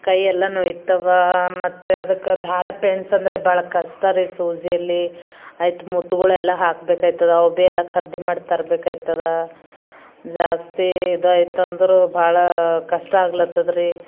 ಕೈಯ್ಯೆಲ್ಲ ನೋಯ್ತವೆ ಮತ್ತೆ ಅದಕ್ಕೆ ದಾರ ಪೈನ್ಸ್ ಅಂದರೆ ಬಹಳ ಕಷ್ಟ ರೀ ಸೂಜಿಯಲ್ಲಿ ಎತ್ತು ಮುತ್ತುಗಳೆಲ್ಲ ಹಾಕ್ಬೇಕಾಯ್ತದ ಖರೀದಿ ಮಾಡಿ ರಬೇಕಾಯ್ತದ ಜಾಸ್ತಿ ಇದಾಯ್ತು ಅಂದರು ಭಾಳ ಕಷ್ಟ ಆಗ್ಲತ್ತದ ರೀ